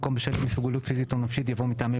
במקום 'בשל אי מסוגלות פיזית או נפשית' יבוא 'מטעמי